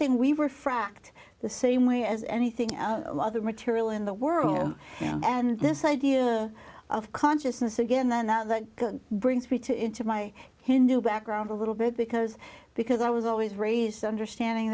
thing we were frakt the same way as anything other material in the world and this idea of consciousness again then that brings me to into my hindu background a little bit because because i was always raise understanding